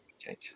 change